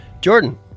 Jordan